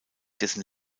dessen